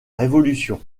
révolution